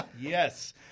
Yes